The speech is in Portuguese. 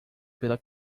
pela